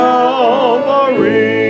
Calvary